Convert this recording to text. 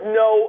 no